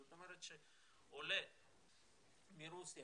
זאת אומרת שעולה מרוסיה,